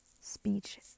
speech